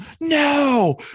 No